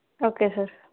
okay sir